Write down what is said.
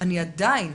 עדיין